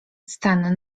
stan